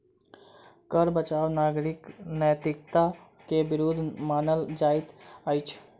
कर बचाव नागरिक नैतिकता के विरुद्ध मानल जाइत अछि